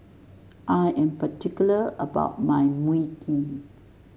I am particular about my Mui Kee